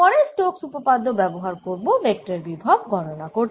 পরে স্টোক্স উপপাদ্য ব্যবহার করব ভেক্টর বিভব গণনা করতে